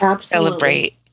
celebrate